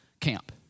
camp